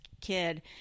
kid